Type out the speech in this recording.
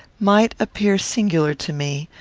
might appear singular to me,